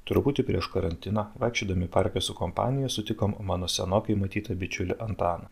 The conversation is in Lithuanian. truputį prieš karantiną vaikščiodami parke su kompanija sutikom mano senokai matytą bičiulį antaną